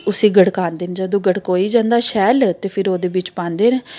उस्सी गड़कांदे न जदूं गड़कोई जंदा शैल ते फिर ओह्दे बिच्च पांदे न